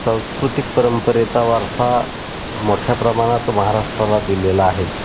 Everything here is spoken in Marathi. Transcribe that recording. सांस्कृतिक परंपरेचा वारसा मोठ्या प्रमाणात महाराष्ट्राला दिलेला आहे